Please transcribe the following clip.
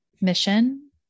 mission